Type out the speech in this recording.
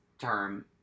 term